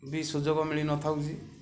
ବି ସୁଯୋଗ ମିଳି ନ ଥାଉଛି